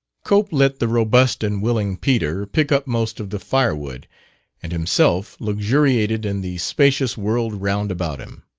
cope let the robust and willing peter pick up most of the firewood and himself luxuriated in the spacious world round about him.